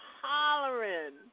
hollering